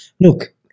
look